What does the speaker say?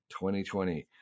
2020